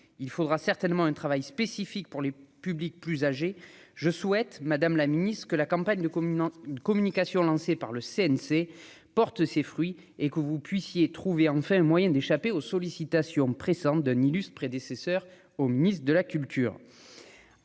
il faudra certainement un travail spécifique pour les publics plus âgés, je souhaite, Madame la Ministre, que la campagne de commune communication lancée par le CNC porte ses fruits et que vous puissiez trouver en fait un moyen d'échapper aux sollicitations pressantes d'un illustres prédécesseurs au ministre de la culture.